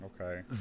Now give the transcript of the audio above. Okay